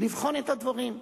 לבחון את הדברים.